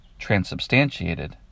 transubstantiated